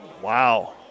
Wow